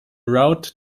route